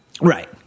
Right